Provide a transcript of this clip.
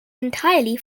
entirely